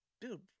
dude